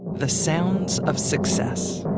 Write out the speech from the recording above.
the sounds of success.